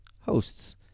hosts